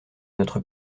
notre